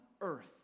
earth